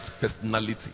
personality